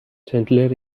چندلر